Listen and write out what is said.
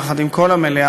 יחד עם כל המליאה,